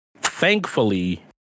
thankfully